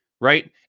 right